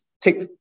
take